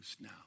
now